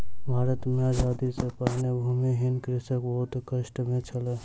भारत मे आजादी सॅ पहिने भूमिहीन कृषक बहुत कष्ट मे छल